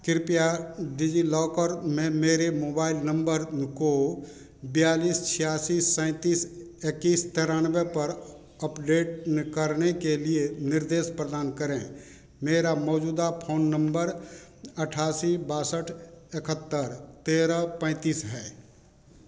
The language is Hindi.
कृपया डिज़िलॉकर में मेरे मोबाइल नम्बर को बयालीस छियासी सैँतीस इक्कीस तेरानवे पर अपडेट करने के लिए निर्देश प्रदान करें मेरा मौजूदा फ़ोन नम्बर अठासी बासठ इकहत्तर तेरह पैँतीस है